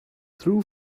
true